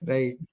Right